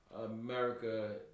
America